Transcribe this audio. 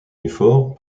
effort